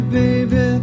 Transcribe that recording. baby